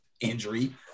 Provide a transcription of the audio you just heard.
injury